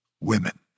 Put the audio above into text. Women